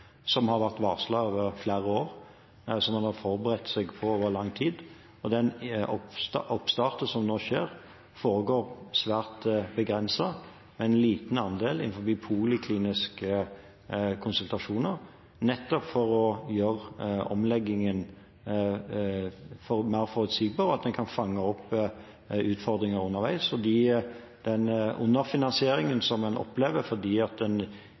som har vært varslet over flere år, som en har forberedt seg på over lang tid. Den oppstarten som nå skjer, foregår svært begrenset, med en liten andel innenfor polikliniske konsultasjoner, nettopp for å gjøre omleggingen mer forutsigbar, og at en kan fange opp utfordringer underveis. Den underfinansieringen som en opplever fordi en